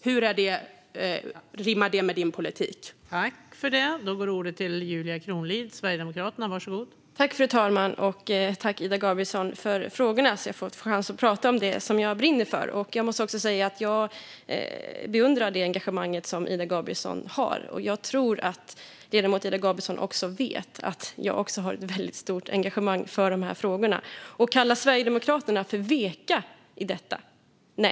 Hur rimmar det med din politik, Julia Kronlid?